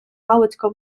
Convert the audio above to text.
галицько